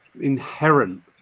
inherent